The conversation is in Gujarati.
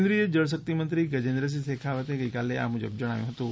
કેન્દ્રિય જળશક્તિ મંત્રી ગજેન્દ્રસિંહ શેખાવ તે ગઈકાલે આ મુજબ જણાવ્યું હતું